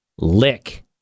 Lick